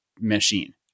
machine